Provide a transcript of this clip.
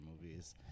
movies